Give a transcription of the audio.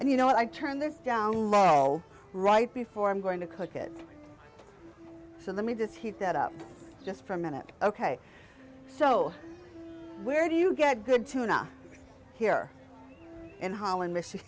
and you know what i turned this down mole right before i'm going to cook it so let me just heat that up just for a minute ok so where do you get good tuna here in holland michigan